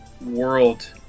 world